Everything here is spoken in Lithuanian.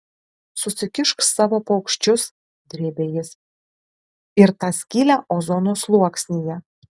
susikišk savo paukščius drėbė jis ir tą skylę ozono sluoksnyje